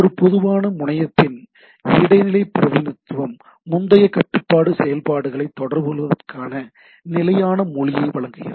ஒரு பொதுவான முனையத்தின் இடைநிலை பிரதிநிதித்துவம் முனைய கட்டுப்பாட்டு செயல்பாடுகளை தொடர்புகொள்வதற்கான நிலையான மொழியை வழங்குகிறது